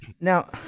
Now